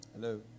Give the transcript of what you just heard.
Hello